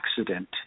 accident